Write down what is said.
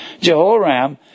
Jehoram